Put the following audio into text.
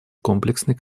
комплексной